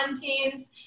teams